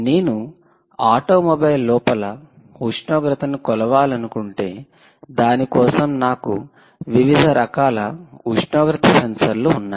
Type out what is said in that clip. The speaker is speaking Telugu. నేను ఆటోమొబైల్ లోపల ఉష్ణోగ్రతను కొలవాలనుకుంటే దాని కోసం నాకు వివిధ రకాల ఉష్ణోగ్రత సెన్సార్లు ఉన్నాయి